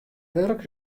wurk